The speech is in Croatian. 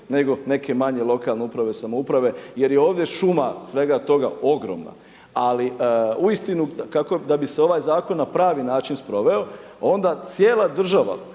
nego neke manje lokalne uprave i samouprave jer je ovdje šuma svega toga ogromna. Ali uistinu da bi se ovaj zakon na pravi način sproveo, onda cijela država,